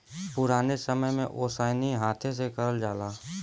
पुराने समय में ओसैनी हाथे से करल जाला